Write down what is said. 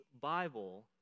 Bible